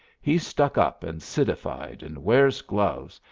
he's stuck up and citified, and wears gloves,